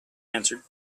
answered